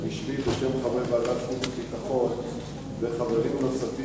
בשמי ובשם חברי ועדת חוץ וביטחון וחברים נוספים